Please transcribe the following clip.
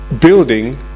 building